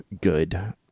good